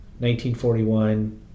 1941